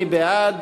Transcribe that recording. מי בעד?